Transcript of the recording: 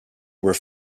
were